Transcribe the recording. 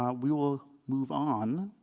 um we will move on.